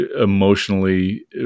emotionally